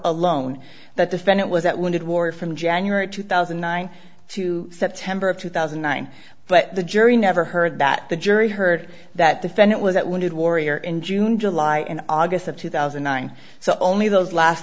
alone that defendant was at wounded war from january two thousand and nine to september of two thousand and nine but the jury never heard that the jury heard that defendant was at wounded warrior in june july and august of two thousand and nine so only those last